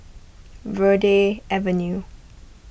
Verde Avenue